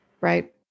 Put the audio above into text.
Right